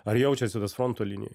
ar jaučiasi tas fronto linijoj